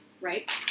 Right